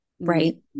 right